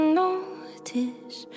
notice